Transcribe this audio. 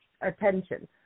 attention